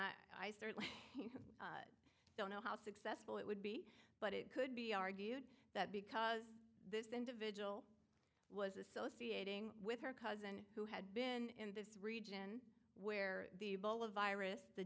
and i certainly don't know how successful it would be but it could be argued that because this individual was associating with her cousin who had been in this region where the ball of virus the